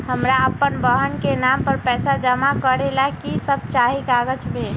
हमरा अपन बहन के नाम पर पैसा जमा करे ला कि सब चाहि कागज मे?